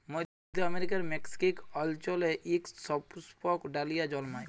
মইধ্য আমেরিকার মেক্সিক অল্চলে ইক সুপুস্পক ডালিয়া জল্মায়